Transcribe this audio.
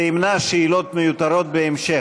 זה ימנע שאלות מיותרות בהמשך.